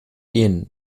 ehen